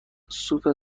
سوپ